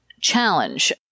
challenge